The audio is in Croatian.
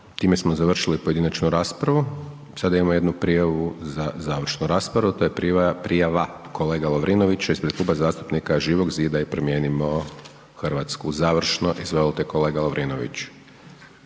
Time smo završili pojedinačnu raspravu. Sada imamo jednu prijavu za završnu raspravu. To je prijava kolega Lovrinovića ispred Kluba zastupnika Živog zida i Promijenimo Hrvatsku, završno. Izvolite kolega Lovrinović.